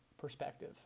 perspective